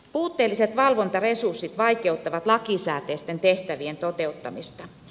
puutteelliset valvontaresurssit vaikeuttavat lakisääteisten tehtävien toteuttamista